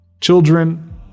Children